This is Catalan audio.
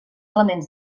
elements